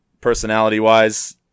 personality-wise